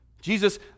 Jesus